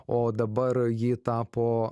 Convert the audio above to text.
o dabar ji tapo